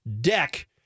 deck